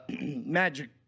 magic